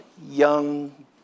Young